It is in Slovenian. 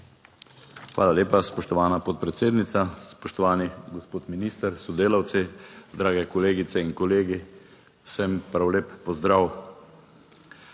Hvala lepa, spoštovana podpredsednica, spoštovani gospod minister s sodelavci, drage kolegice in kolegi, vsem prav lep pozdrav.